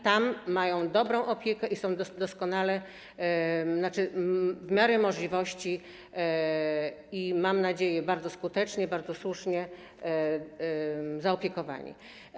Tam mają dobrą opiekę i są doskonale, tzn. w miarę możliwości i, mam nadzieję, bardzo skutecznie, bardzo słusznie objęci opieką.